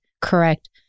correct